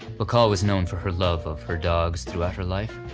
bacall was known for her love of her dogs throughout her life.